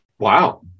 Wow